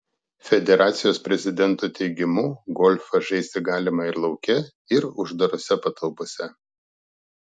federacijos prezidento teigimu golfą žaisti galima ir lauke ir uždarose patalpose